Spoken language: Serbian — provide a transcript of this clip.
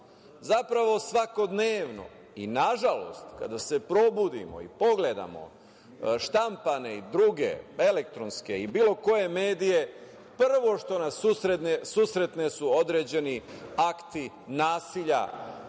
Zapravo, svakodnevno, i na žalost kada se probudimo i pogledamo štampane i druge elektronske i bilo koje medije, prvo što nas susretne su određeni akti nasilja,